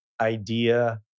idea